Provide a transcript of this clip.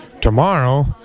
tomorrow